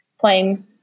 playing